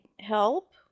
help